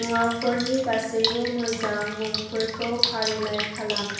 मुवाफोरनि गासैबो मोजां मुंफोरखौ फारिलाइ खालाम